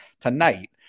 tonight